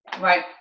right